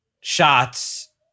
shots